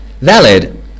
Valid